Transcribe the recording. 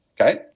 okay